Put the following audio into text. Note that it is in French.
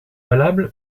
valable